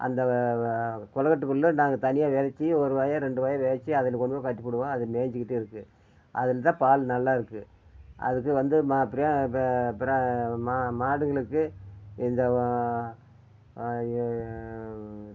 அந்த வ குளக்கட்டு புல்லை நாங்கள் தனியாக விதச்சி ஒரு வய ரெண்டு வய விதச்சி அதில் கொண்டு போய் கட்டிப்புடுவோம் அது மேய்ஞ்சிக்கிட்டு இருக்கும் அதில் தான் பால் நல்லா இருக்கு அதுக்கு வந்து மறுபடியும் மா மாடுங்களுக்கு இந்த ஓ